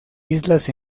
islas